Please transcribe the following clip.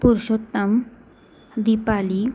Purushottam Deepali